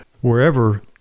wherever